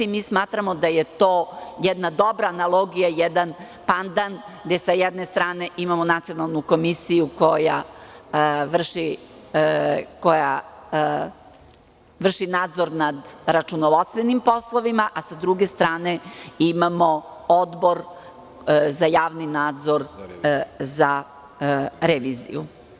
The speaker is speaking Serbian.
Smatramo da je to jedna dobra analogija, jedan pandam, gde sa jedne strane imamo Nacionalnu komisiju koja vrši nadzor nad računovodstvenim poslovima, a sa druge strane, imamo Odbor za javni nadzor za reviziju.